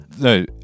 no